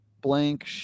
blank